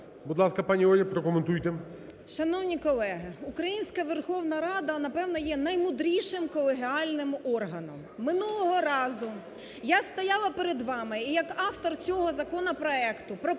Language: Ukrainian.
Будь ласка, пані Оля, прокоментуйте. 16:40:56 БЄЛЬКОВА О.В. Шановні колеги, українська Верховна Рада, напевно, є наймудрішим колегіальним органом. Минулого разу я стояла перед вами і, як автор цього законопроекту,